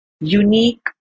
unique